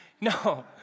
No